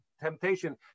temptation